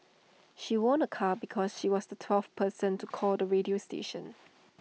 she won A car because she was the twelfth person to call the radio station